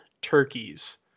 turkeys